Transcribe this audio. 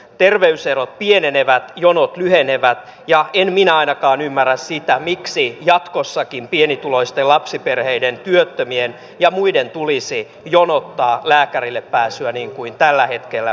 terveyserot pienenevät jonot lyhenevät ja en minä ainakaan ymmärrä sitä miksi jatkossakin pienituloisten lapsiperheiden työttömien ja muiden tulisi jonottaa lääkärille pääsyä niin kuin tällä hetkellä